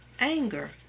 Anger